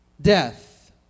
death